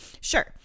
sure